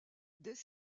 dès